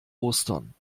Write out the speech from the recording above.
ostern